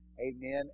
Amen